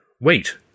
Wait